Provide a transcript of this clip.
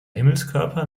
himmelskörper